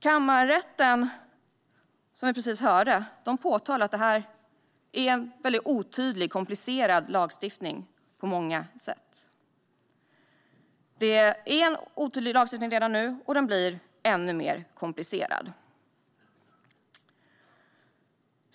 Kammarrätten påtalar att det här är otydlig och komplicerad lagstiftning på många sätt. Det är en otydlig lagstiftning redan nu, och den blir ännu mer komplicerad.